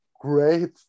great